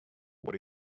what